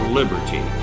liberty